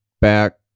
back